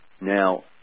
Now